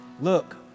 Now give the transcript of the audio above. Look